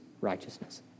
righteousness